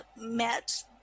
met